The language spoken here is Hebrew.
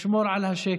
לשמור על השקט.